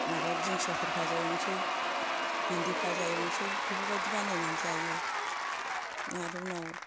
माबा दिंखियाफोर भाजा एवनोसै बिन्दि भाजा एवनोसै बेफोरबायदि बानायनानै जायो आरो उनाव